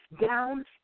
down